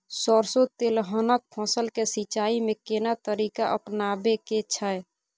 सरसो तेलहनक फसल के सिंचाई में केना तरीका अपनाबे के छै?